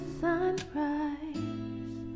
sunrise